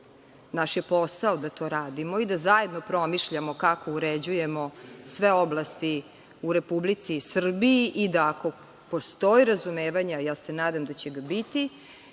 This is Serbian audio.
Naš je posao da to radimo i da zajedno promišljamo kako uređujemo sve oblasti u Republici Srbiji i da, ako postoji razumevanje, a ja se nadam da će ga biti,